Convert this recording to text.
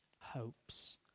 hopes